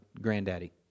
granddaddy